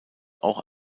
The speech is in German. auch